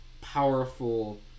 powerful